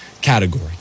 category